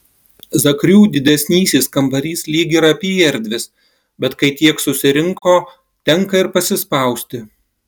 zakrių didesnysis kambarys lyg ir apyerdvis bet kai tiek susirinko tenka ir pasispausti